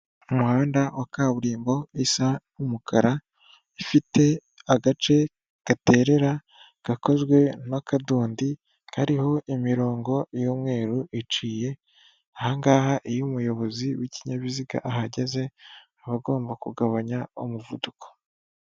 Umuhanda wa kaburimbo isa n'umukara, ifite agace gaterera gakozwe n'akadondi kariho imirongo y'umweru iciye, ahangaha iyo umuyobozi w'ikinyabiziga ahageze aba agomba kugabanya umuvuduko.